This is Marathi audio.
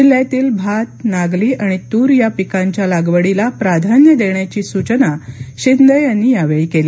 जिल्ह्यातील भात नागली आणि तूर या पिकांच्या लागवडीला प्राधान्य देण्याची सूचना शिंदे यांनी यावेळी केली